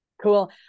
cool